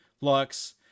Lux